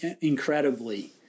incredibly